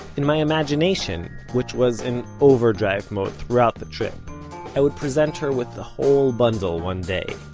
in my imagination which was in overdrive mode throughout the trip i would present her with the whole bundle one day.